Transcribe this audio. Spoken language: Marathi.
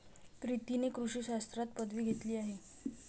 प्रीतीने कृषी शास्त्रात पदवी घेतली आहे